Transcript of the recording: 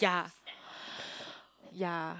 yeah yeah